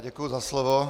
Děkuji za slovo.